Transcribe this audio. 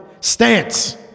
stance